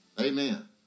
Amen